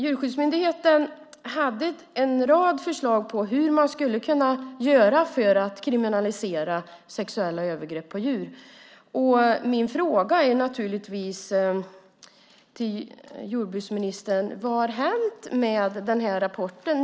Djurskyddsmyndigheten hade en rad förslag om vad man skulle kunna göra för att kriminalisera sexuella övergrepp på djur. Min fråga till jordbruksministern är naturligtvis: Vad har hänt med den här rapporten?